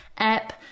app